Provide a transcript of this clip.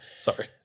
Sorry